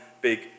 big